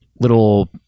little